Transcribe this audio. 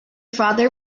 father